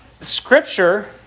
Scripture